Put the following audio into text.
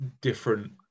different